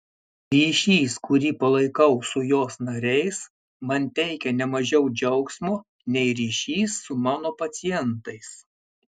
ryšys kurį palaikau su jos nariais man teikia ne mažiau džiaugsmo nei ryšys su mano pacientais